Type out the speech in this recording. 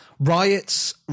riots